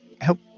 help